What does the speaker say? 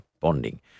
Bonding